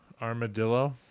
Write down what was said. Armadillo